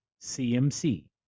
CMC